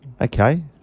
Okay